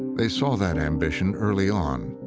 they saw that ambition early on.